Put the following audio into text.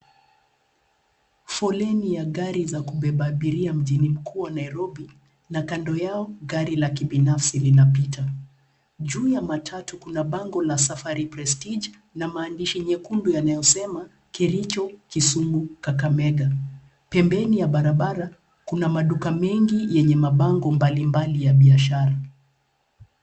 Foleni ya gari za kubeba abiria mjini mkuu wa Nairobi na kando yao, gari la kibinafsi linapita. Juu ya matatu kuna bango la safari prestige na maandishi nyekundu yanayosema Kericho, Kisumu Kakamega. Pembeni ya barabara kuna maduka mengi yenye mabango mbalimbali ya biashara.